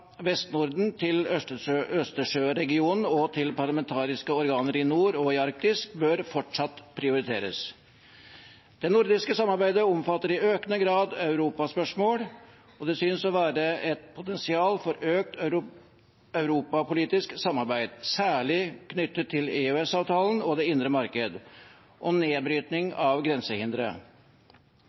Vest-Norden til Østersjøregionen og til parlamentariske organer i nord og i Arktis – bør fortsatt prioriteres. Det nordiske samarbeidet omfatter i økende grad europaspørsmål, og det synes å være et potensial for økt europapolitisk samarbeid, særlig knyttet til EØS-avtalen og det indre marked og nedbrytning av grensehindre.